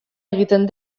egiten